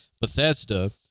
Bethesda